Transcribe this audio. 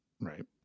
Right